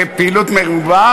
המדע.